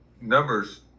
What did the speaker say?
numbers